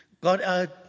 God